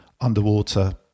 underwater